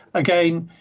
again,